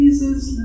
Jesus